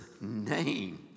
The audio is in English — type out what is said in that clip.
name